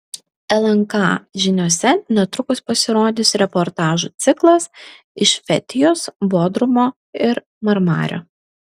lnk žiniose netrukus pasirodys reportažų ciklas iš fetijos bodrumo ir marmario